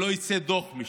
שלא יצא דוח משם.